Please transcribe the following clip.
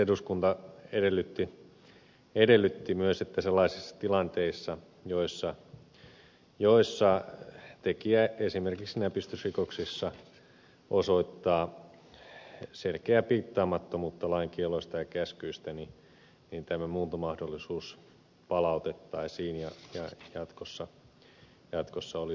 eduskunta edellytti myös että sellaisissa tilanteissa joissa tekijä esimerkiksi näpistysrikoksissa osoittaa selkeää piittaamattomuutta lain kielloista ja käskyistä muuntomahdollisuus palautettaisiin ja jatkossa olisi käytössä